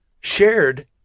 shared